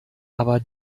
aber